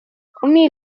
أمي